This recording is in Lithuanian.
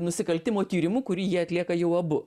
nusikaltimo tyrimu kurį jie atlieka jau abu